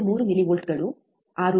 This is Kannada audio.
3 ಮಿಲಿವೋಲ್ಟ್ಗಳು 6